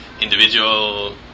individual